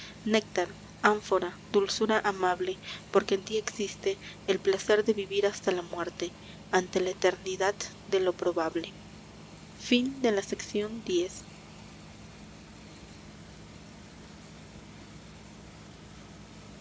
néctar ánfora dulzura amable porque en ti existe el placer de vivir hasta la muerte ante la eternidad de lo probable xviii